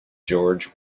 george